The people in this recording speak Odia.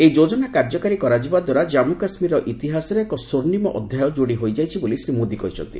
ଏହି ଯୋକ୍ତନା କାର୍ଯ୍ୟକାରୀ କରାଯିବା ଦ୍ୱାରା ଜାନ୍ମୁ କାଶ୍ମୀରର ଇତିହାସରେ ଏକ ସ୍ୱର୍ଣ୍ଣିମ ଅଧ୍ୟାୟ ଯୋଡ଼ି ହୋଇଯାଇଛି ବୋଲି ଶ୍ରୀ ମୋଦୀ କହିଛନ୍ତି